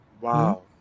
Wow